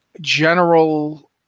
general